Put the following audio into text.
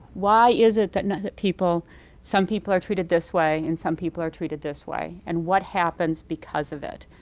why is it that and people some people are treated this way and some people are treated this way? and what happens because of it?